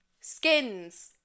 Skins